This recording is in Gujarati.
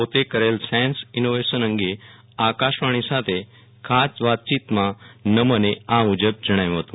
પોતે કરેલ સાયન્સ ઈનોવેશન અંગે આકાશવાણી સાથે ખાસ વાતચીતમાં નમને આ મૂજબ જણાવ્યું હતું